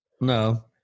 no